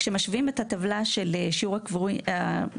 כשמשווים את הטבלה של שיעור הנקברים